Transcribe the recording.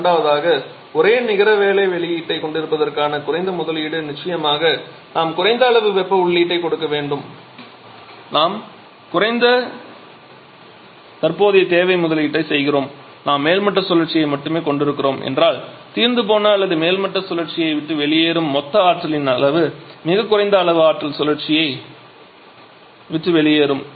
இரண்டாவதாக ஒரே நிகர வேலை வெளியீட்டைக் கொண்டிருப்பதற்கான குறைந்த முதலீடு நிச்சயமாக நாம் குறைந்த அளவு வெப்ப உள்ளீட்டைக் கொடுக்க வேண்டும் நாம் குறைந்த தற்போதைய தேவையை முதலீடு செய்கிறோம் நாம் மேல்மட்ட சுழற்சியை மட்டுமே கொண்டிருக்கிறோம் என்றால் தீர்ந்துபோன அல்லது மேல்மட்ட சுழற்சியை விட்டு வெளியேறும் மொத்த ஆற்றலின் அளவு மிகக் குறைந்த அளவு ஆற்றல் சுழற்சியை விட்டு வெளியேறும்